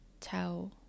tell